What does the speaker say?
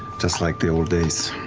just like the old days.